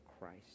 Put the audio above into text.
Christ